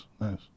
nice